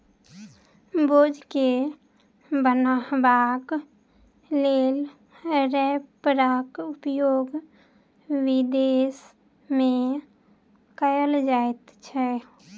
बोझ के बन्हबाक लेल रैपरक उपयोग विदेश मे कयल जाइत छै